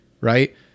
right